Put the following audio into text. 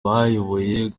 bayoboye